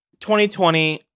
2020